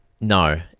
No